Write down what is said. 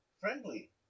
friendly